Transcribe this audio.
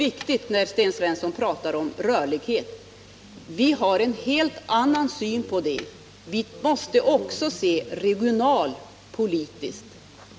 Detta är en viktig fråga, men vi har en helt annan syn på den än han. Vi anser att man också måste anlägga ett regionalpolitiskt synsätt på den.